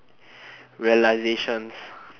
realizations